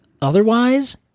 otherwise